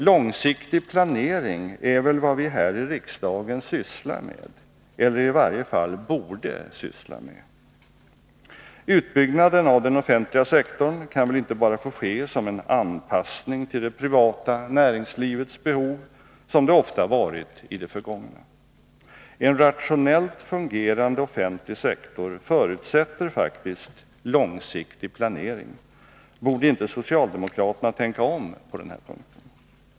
Långsiktig planering är väl vad vi här i riksdagen sysslar med eller i varje fall borde syssla med. Utbyggnaden av den offentliga sektorn kan väl inte bara få ske som en anpassning till det privata näringslivets behov, som det ofta varit i det förgångna? En rationellt fungerande offentlig sektor förutsätter faktiskt långsiktig planering. Borde inte socialdemokraterna tänka om på den här punkten?